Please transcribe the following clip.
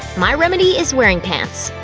my remedy is wearing pants.